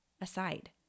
aside